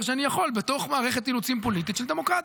שאני יכול בתוך מערכת אילוצים פוליטית של דמוקרטיה.